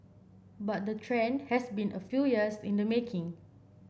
but the trend has been a few years in the making